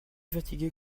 fatiguée